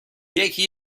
یکی